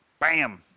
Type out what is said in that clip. bam